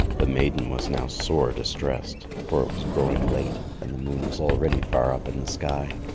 the maiden was now sore distressed, for it was growing late and the moon was already far up in the sky.